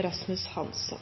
representanten